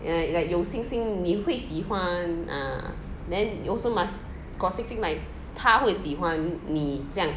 like 有信心你会喜欢 ah then also must 有信心他会喜欢弄你这样